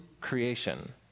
creation